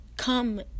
Come